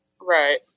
Right